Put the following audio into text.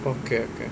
okay okay